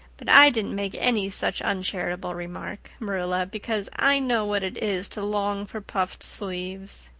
but i didn't make any such uncharitable remark, marilla, because i know what it is to long for puffed sleeves.